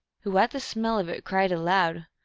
who at the smell of it cried aloud,